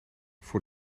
voor